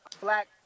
black